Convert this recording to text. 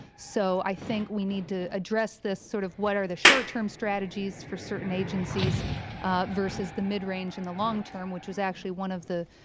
so i think we need to address this, sort of what are the short-term strategies for certain agencies versus the mid-range and the long term which was actually one of the